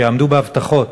שיעמדו בהבטחות,